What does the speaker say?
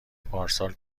پارسال